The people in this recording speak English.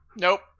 Nope